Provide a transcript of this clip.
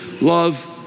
love